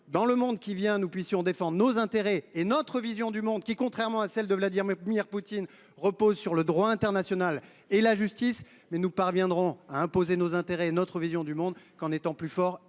dans le monde qui vient, nous puissions défendre nos intérêts et notre vision du monde, laquelle, contrairement à celle de Vladimir Poutine, repose sur le droit international et la justice. Nous ne parviendrons à imposer nos intérêts et notre vision du monde qu’en étant plus forts et plus